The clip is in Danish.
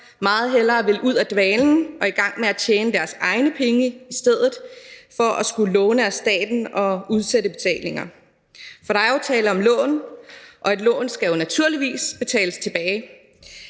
meget hellere ville ud af dvalen og i gang med at tjene deres egne penge i stedet for at skulle låne af staten og udsætte betalinger. For der er jo tale om lån, og et lån skal naturligvis betales tilbage,